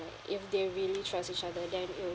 if they really trust each other then it'll